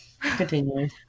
continue